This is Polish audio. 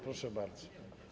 Proszę bardzo.